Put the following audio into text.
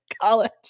college